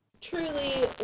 truly